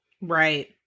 Right